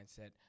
mindset